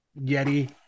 Yeti